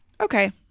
okay